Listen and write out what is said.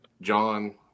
John